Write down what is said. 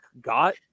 got